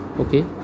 okay